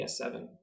S7